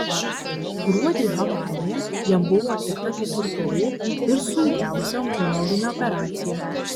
gruodį havanoje jam buvo atlikta ketvirtoji ir sunkiausia onkologinė operacija